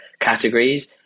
categories